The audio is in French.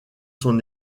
son